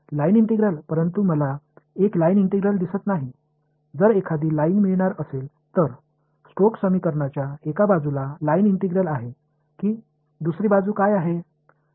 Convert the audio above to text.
line integral परंतु मला एक लाइन इंटिग्रल दिसत नाही जर एखादी लाइन मिळणार असेल तर स्टोक्स समीकरणाच्या एका बाजूला लाईन इंटीग्रल आहे की दुसरी बाजू काय आहे